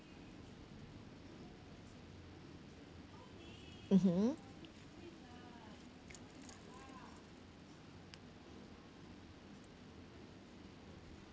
mmhmm